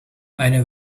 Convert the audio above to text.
eine